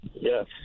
Yes